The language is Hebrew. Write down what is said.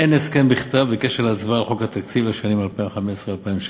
אין הסכם בכתב בקשר להצבעה על חוק התקציב לשנים 2015 ו-2016,